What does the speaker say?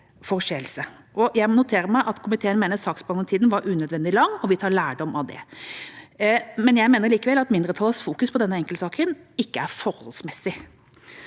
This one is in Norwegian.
noterer meg at komiteen mener saksbehandlingstiden var unødvendig lang, og vil ta lærdom av det. Jeg mener likevel at mindretallets fokus på denne enkeltsaken ikke er forholdsmessig.